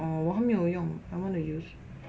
err 我还没用 I want to use